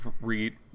read